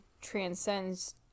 transcends